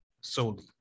solely